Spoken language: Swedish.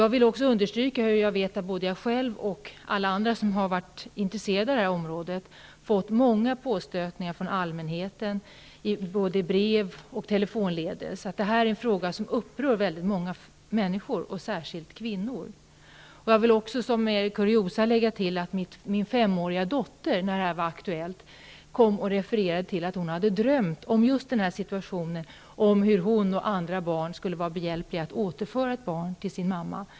Jag vill också understryka att både jag själv och andra som har varit intresserade av detta område har fått många påstötningar från allmänheten brevledes och telefonledes. Detta är en fråga som upprör många människor, särskilt kvinnor. Som kuriosa vill jag tillägga att min femåriga dotter, när detta var aktuellt, refererade till att hon hade drömt om just denna situation, hur hon och andra barn skulle hjälpa till att återföra ett barn till mamman.